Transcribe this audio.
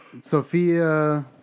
Sophia